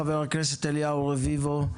חבר הכנסת אליהו רביבו,